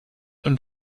und